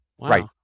Right